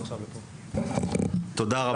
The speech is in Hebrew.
תודה.